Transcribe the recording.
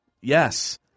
Yes